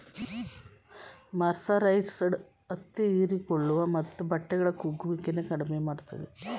mercerised ಹತ್ತಿ ಹೀರಿಕೊಳ್ಳುವ ಮತ್ತು ಬಟ್ಟೆಗಳ ಕುಗ್ಗುವಿಕೆನ ಕಡಿಮೆ ಮಾಡ್ತದೆ